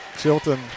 Chilton